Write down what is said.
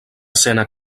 escena